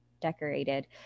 decorated